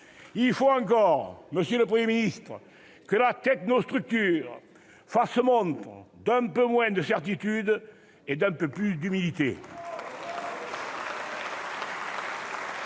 Il faut encore, monsieur le Premier ministre, que la technostructure fasse montre d'un peu moins de certitudes et d'un peu plus d'humilité.